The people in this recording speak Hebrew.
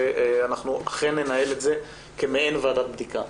ואנחנו אכן ננהל את זה כמעין ועדת בדיקה.